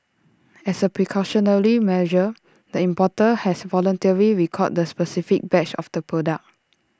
as A precautionary measure the importer has voluntarily recalled the specific batch of the product